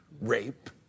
rape